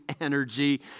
energy